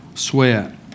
Sweat